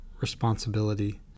responsibility